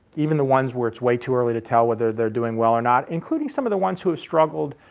even the ones where it's way too early to tell whether they're doing well or not, including some of the ones who have struggled,